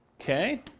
Okay